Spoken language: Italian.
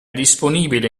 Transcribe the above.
disponibile